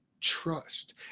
trust